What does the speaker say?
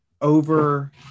over